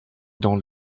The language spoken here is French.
dans